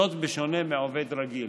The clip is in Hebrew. בשונה מעובד 'רגיל'.